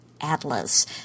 Atlas